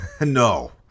No